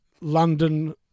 London